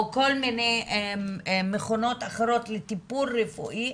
או כל מיני מכונות אחרות לטיפול רפואי,